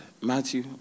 Matthew